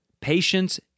patience